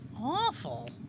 Awful